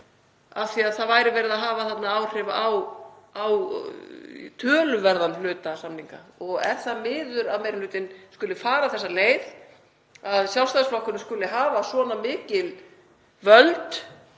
af því að það væri verið að hafa þarna áhrif á töluverðan hluta samninga. Er það miður að meiri hlutinn skuli fara þessa leið, að Sjálfstæðisflokkurinn skuli hafa svo mikil völd